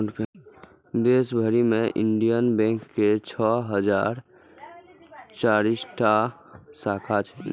देश भरि मे इंडियन बैंक के छह हजार चारि टा शाखा छै